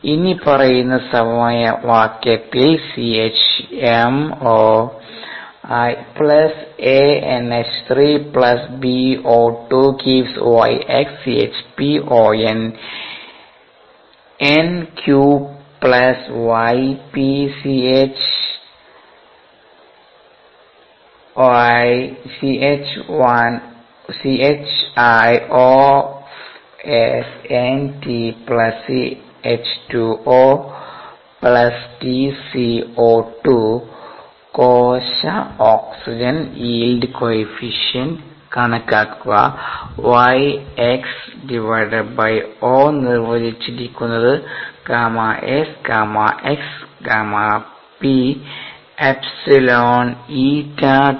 ഇനിപ്പറയുന്ന സമവാക്യത്തിൽ CHmOl a NH3 b O2 → yx CHpOnNq yp CHrOsNt c H2O d CO2 കോശ oxygen yield coefficient കണക്കാക്കുക Yx o നിർവചിച്ചിരിക്കുന്നത് 𝛤𝑠 𝛤𝑥 𝛤𝑝 𝜖 𝜂 𝜁